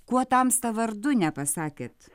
kuo tamsta vardu nepasakėt